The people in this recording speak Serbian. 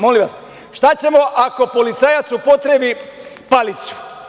Molim vas, šta ćemo ako policajac upotrebi palicu?